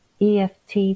EFT